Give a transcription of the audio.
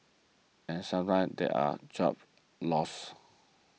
and sometimes there were job losses